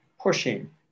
pushing